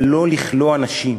אבל לא לכלוא אנשים.